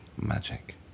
Magic